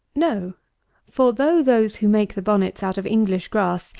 no for though those who make the bonnets out of english grass,